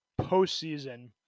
postseason